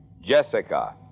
Jessica